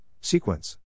sequence